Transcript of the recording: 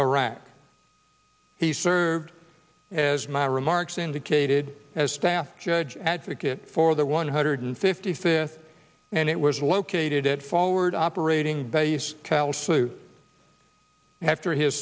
iraq he served as my remarks indicated as staff judge advocate for the one hundred fifty fifth and it was located at forward operating base kalsu after his